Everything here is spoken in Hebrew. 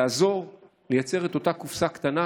לעזור לייצר את אותה קופסה קטנה,